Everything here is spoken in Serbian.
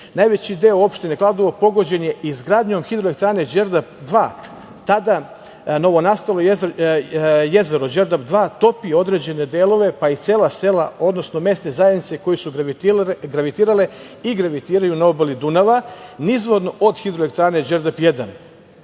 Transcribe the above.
veće. Najveći deo opštine Kladovo pogođen je izgradnjom hidroelektranom „Đerdap 2“. Tada novonastalo jezero „Đerdap 2“ topi određene delove, pa i cela sela, odnosno mesne zajednice koje su gravitirale i gravitiraju na obali Dunava nizvodno od hidroelektrane „Đerdap